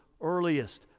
earliest